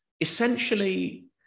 essentially